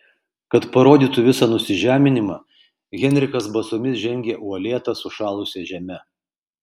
kad parodytų visą nusižeminimą henrikas basomis žengė uolėta sušalusia žeme